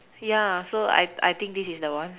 ya so I I think this is the one